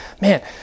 man